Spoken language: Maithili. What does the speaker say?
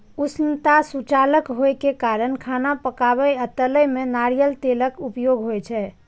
उष्णता सुचालक होइ के कारण खाना पकाबै आ तलै मे नारियल तेलक उपयोग होइ छै